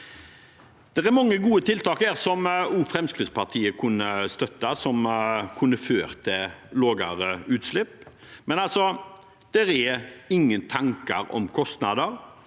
er det mange gode tiltak som også Fremskrittspartiet kunne støttet, som kunne ført til lavere utslipp, men det er ingen tanker om kostnader.